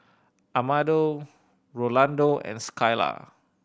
Amado Rolando and Skyla